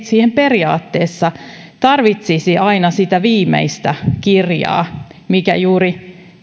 siihen periaatteessa tarvitsisi aina sitä viimeisintä kirjaa minkä juuri